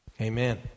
Amen